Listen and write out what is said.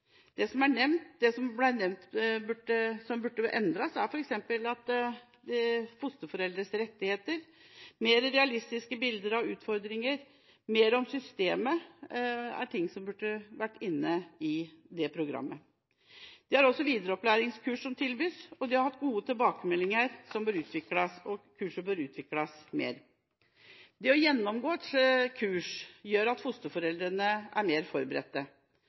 Det som er nevnt – og som burde endres – er f.eks. det med fosterforeldres rettigheter, og at det burde gis mer realistiske bilder av utfordringer og av systemet. Dette er ting som burde vært inne i dette programmet. Videreopplæringskursene som tilbys, har fått gode tilbakemeldinger, og kursene bør utvikles mer. Det å gjennomgå et kurs gjør at fosterforeldrene er mer forberedt.